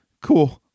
cool